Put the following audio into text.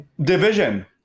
Division